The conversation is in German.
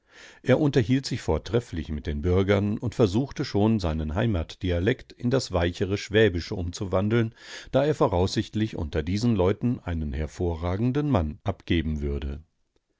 er unterhielt sich vortrefflich mit den bürgern und versuchte schon seinen heimatdialekt in das weichere schwäbische umzuwandeln da er voraussichtlich unter diesen leuten einen hervorragenden mann abgeben würde